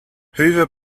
hoover